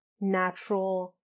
natural